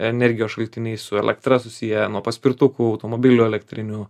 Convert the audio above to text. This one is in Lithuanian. energijos šaltiniais su elektra susiję nuo paspirtukų automobilių elektrinių